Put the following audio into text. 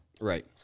Right